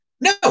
no